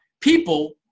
people